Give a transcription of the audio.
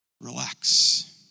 Relax